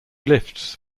lifts